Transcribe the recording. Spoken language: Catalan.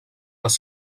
les